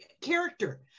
character